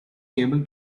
able